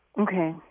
Okay